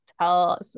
tell